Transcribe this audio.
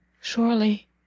surely